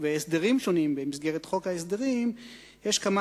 והסדרים שונים במסגרת חוק ההסדרים יש כמה